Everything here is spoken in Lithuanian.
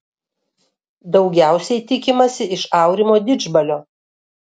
daugiausiai tikimasi iš aurimo didžbalio